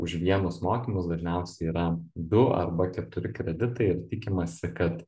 už vienus mokymus dažniausiai yra du arba keturi kreditai ir tikimasi kad